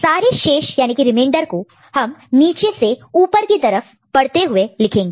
सारे शेष remainder remainder को हम नीचे से ऊपर की तरफ बढ़ते हुए लिखेंगे